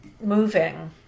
moving